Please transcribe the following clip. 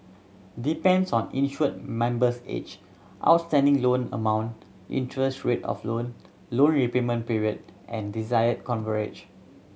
depends on insured member's age outstanding loan amount interest rate of loan loan repayment period and desired coverage